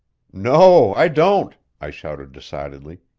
no, i don't! i shouted decidedly.